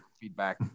feedback